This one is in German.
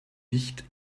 nicht